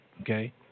Okay